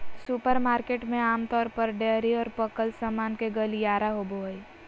supermarket में आमतौर पर डेयरी और पकल सामान के गलियारा होबो हइ